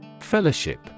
Fellowship